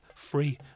free